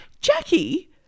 Jackie